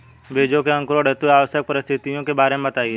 बीजों के अंकुरण हेतु आवश्यक परिस्थितियों के बारे में बताइए